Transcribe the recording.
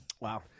Wow